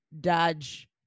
dodge